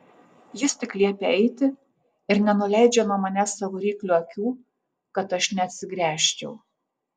jis tik liepia eiti ir nenuleidžia nuo manęs savo ryklio akių kad aš neatsigręžčiau